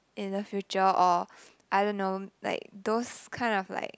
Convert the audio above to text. in the future or I don't know like those kind of like